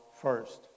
first